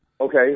okay